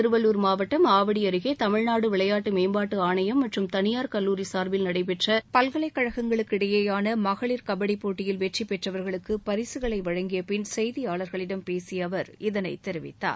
திருவள்ளூர் மாவட்டம் ஆவடி அருகே தமிழ்நாடு விளையாட்டு மேம்பாட்டு ஆணையம் மற்றும் தளியார் கல்லூரி சார்பில் நடைபெற்ற பல்கலைக் கழகங்களுக்கு இடையிலான மகளிர் கபடி போட்டியில் வெற்றி பெற்றவர்களுக்கு பரிசுகளை வழங்கியபின் செய்தியாளர்களிடம் பேசிய அவர் இதனைத் தெரிவித்தார்